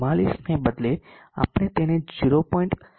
44 ને બદલે આપણે તેને 0